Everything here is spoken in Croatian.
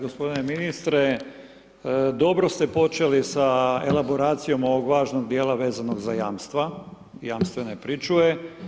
Gospodine ministre, dobro ste počeli za elaboracijom ovog važnog dijela vezanog za jamstva, jamstvene pričuve.